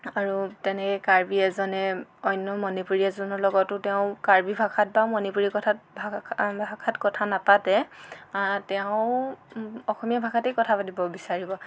আৰু তেনেকৈ কাৰ্বি এজনে অন্য মণিপুৰী এজনৰ লগতো তেওঁ কাৰ্বি ভাষাত বা মণিপুৰী কথাত ভাষাত কথা নাপাতে তেওঁ অসমীয়া ভাষাতেই কথা পাতিব বিচাৰিব